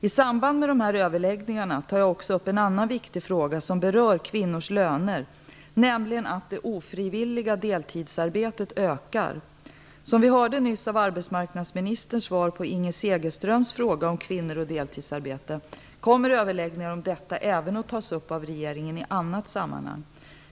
I samband med dessa överläggningar tar jag också upp en annan viktig fråga som berör kvinnors löner, nämligen att det ofrivilliga deltidsarbetet ökar. Som vi hörde nyss av arbetsmarknadsministerns svar på Inger Segelströms fråga om kvinnor och deltidsarbete kommer överläggningar om detta även att tas upp av regeringen i annat sammanhang.